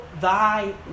thy